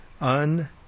un